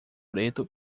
preto